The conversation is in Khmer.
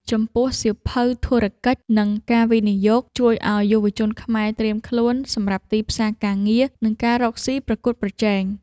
ចំពោះ សៀវភៅ ធុរកិច្ច និងការវិនិយោគ ជួយឱ្យយុវជនខ្មែរត្រៀមខ្លួនសម្រាប់ទីផ្សារការងារ និងការរកស៊ីប្រកួតប្រជែង។